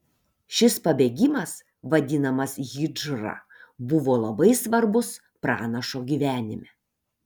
šis pabėgimas vadinamas hidžra buvo labai svarbus pranašo gyvenime